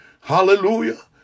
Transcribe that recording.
Hallelujah